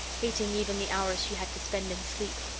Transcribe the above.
hating even the hours she had to spend in sleep,